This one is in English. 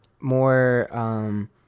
more